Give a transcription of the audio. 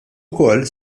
ukoll